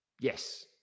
Yes